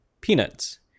peanuts